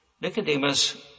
Nicodemus